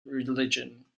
religion